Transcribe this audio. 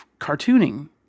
cartooning